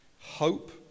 Hope